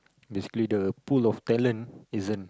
basically the pool of talent isn't